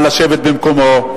ישב במקומו.